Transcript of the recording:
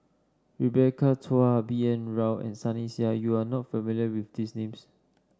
Rebecca Chua B N Rao and Sunny Sia you are not familiar with these names